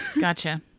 Gotcha